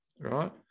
right